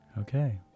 Okay